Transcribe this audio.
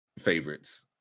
favorites